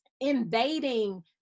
invading